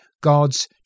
God's